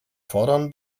fordern